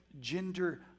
gender